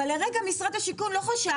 אבל לרגע משרד השיכון לא חשב,